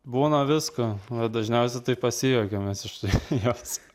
būna visko va dažniausiai tai pasijuokiam mes iš jos